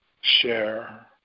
share